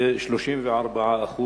זה 34%,